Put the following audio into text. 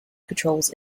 patrols